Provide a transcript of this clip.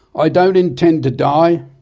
i don't intend to die,